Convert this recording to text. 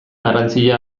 garrantzia